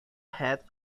head